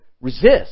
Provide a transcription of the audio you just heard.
resist